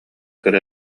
кыра